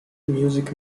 music